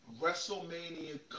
WrestleMania